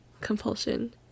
compulsion